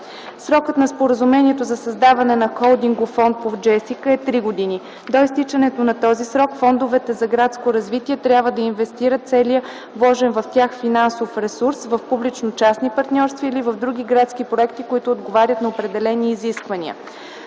Срокът на Споразумението за създаване на Холдингов фонд по JESSICA е три години. До изтичането на този срок фондовете за градското развитие трябва да инвестират целия вложен в тях финансов ресурс в публично-частни партньорства или в други градски проекти, които отговарят на определени изисквания.